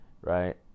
right